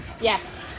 Yes